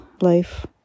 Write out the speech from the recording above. life